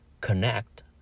connect